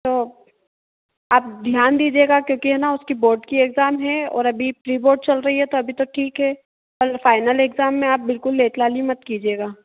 तो आप ध्यान दीजिएगा क्योंकि है ना उसकी बोर्ड के एग्ज़ाम हैं और अभी प्रीबोर्ड चल रही है तो अभी तो ठीक है पर फाइनल एग्ज़ाम में आप बिल्कुल लेट लाली मत कीजिएगा